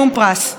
אבל עדיין,